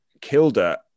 Kilda